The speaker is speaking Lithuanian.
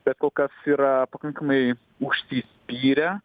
bet kol kas yra pakankamai užsispyrę